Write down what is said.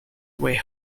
way